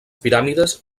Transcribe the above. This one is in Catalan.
piràmides